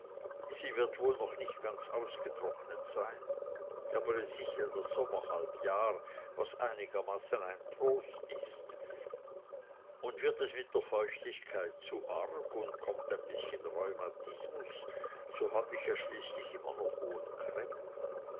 sie wird wohl noch nicht ganz ausgetrocknet sein aber es ist ja das sommerhalbjahr was einigermaßen ein trost ist und wird es mit der feuchtigkeit zu arg und kommt ein bißchen rheumatismus so hab ich ja schließlich immer noch